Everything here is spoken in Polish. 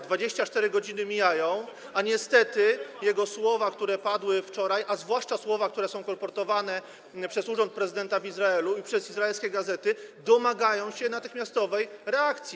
24 godziny mijają, a niestety jego słowa, które padły wczoraj, a zwłaszcza słowa, które są kolportowane przez urząd prezydenta w Izraelu i przez izraelskie gazety, wymagają natychmiastowej reakcji.